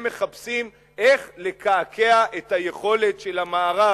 הם מחפשים איך לקעקע את היכולת של המערב,